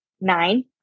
nine